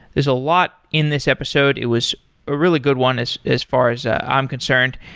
there's a lot in this episode. it was a really good one as as far as i'm concerned,